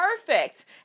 perfect